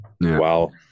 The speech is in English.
Wow